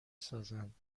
سازند